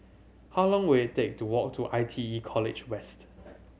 how long will it take to walk to I T E College West